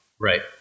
Right